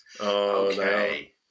Okay